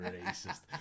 racist